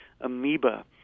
amoeba